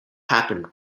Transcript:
happened